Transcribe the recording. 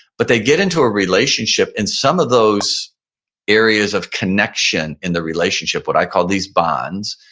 but they get into a relationship and some of those areas of connection in the relationship, what i call these bonds,